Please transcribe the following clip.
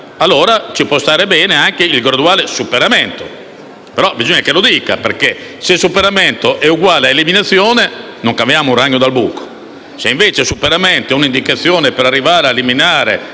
allora ci può stare bene anche il graduale superamento. Però bisogna che lo si dica, perché se «superamento» è uguale a «eliminazione», non caviamo un ragno dal buco. Se invece il superamento è un'indicazione per arrivare ad eliminare